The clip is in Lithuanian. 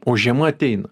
o žiema ateina